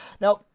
Now